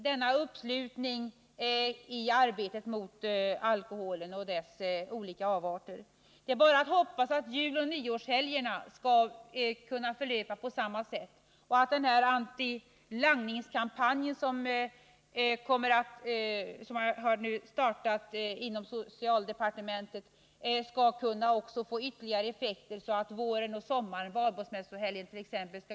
Denna uppslutning kring arbetet mot alkoholbruket och dess olika avarter ger alltså effekt, och det är bara att hoppas att juloch nyårshelgerna skall kunna förlöpa på samma sätt och att den antilangningskampanj som har startats inom socialdepartementet skall få ytterligare effekter, så att våren och sommaren —t.ex.